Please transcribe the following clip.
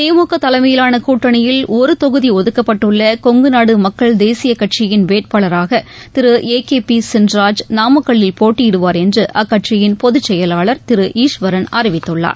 திமுக தலைமயிலான கூட்டணியில் ஒரு தொகுதி ஒதுக்கப்பட்டுள்ள கொங்குநாடு மக்கள் தேசிய கட்சியின் வேட்பாளராக Thiru A K P Chinraj நாமக்கல்லில் போட்டியிடுவார் என்று அக்கட்சியின் பொதுச் செயலாளர் திரு ஈஸ்வரன் அறிவித்துள்ளார்